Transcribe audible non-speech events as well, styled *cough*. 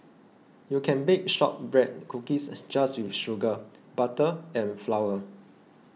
you can bake Shortbread Cookies *noise* just with sugar butter and flour